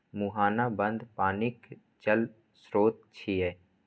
मुहाना बंद पानिक जल स्रोत छियै